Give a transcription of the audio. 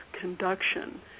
conduction